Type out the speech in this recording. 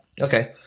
okay